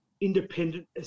independent